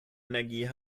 energie